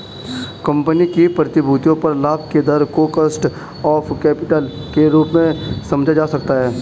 company की प्रतिभूतियों पर लाभ के दर को कॉस्ट ऑफ कैपिटल के रूप में समझा जा सकता है